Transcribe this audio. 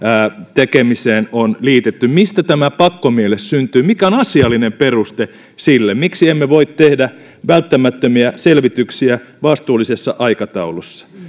tekemiseen on liitetty mistä tämä pakkomielle syntyy mikä on asiallinen peruste sille miksi emme voi tehdä välttämättömiä selvityksiä vastuullisessa aikataulussa